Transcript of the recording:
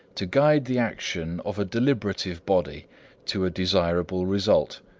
to guide the action of a deliberative body to a desirable result.